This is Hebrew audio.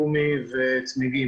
גומי וצמיגים,